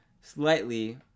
slightly